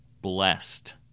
blessed